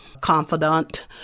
confidant